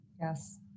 Yes